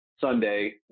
Sunday